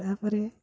ତା'ପରେ